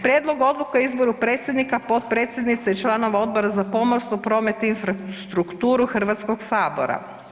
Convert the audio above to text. Prijedlog odluke o izboru predsjednika, potpredsjednice i članova Odbora za pomorstvo, promet i infrastrukturu Hrvatskog sabora.